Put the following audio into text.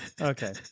Okay